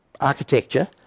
architecture